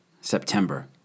September